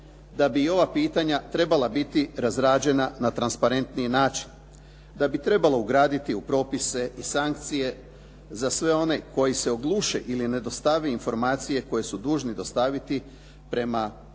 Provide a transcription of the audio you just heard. da bi ova pitanja trebala biti razrađena na transparentniji način. Da bi trebalo ugraditi u propise i sankcije za sve one koji se ogluše ili ne dostave informacije koje su dužni dostaviti prema Zakonu